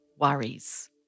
worries